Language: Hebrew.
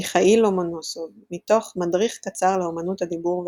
מיכאיל לומונוסוב – מתוך 'מדריך קצר לאמנות הדיבור והכתיבה',